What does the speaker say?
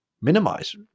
minimize